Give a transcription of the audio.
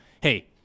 hey